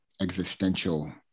existential